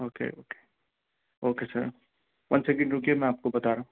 okay okay okay sir one second رکیے میں آپ کو بتا رہا ہوں